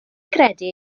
gredu